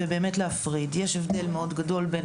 ואכן להפריד: יש הבדל מאוד גדול בין